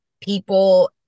people